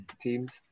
teams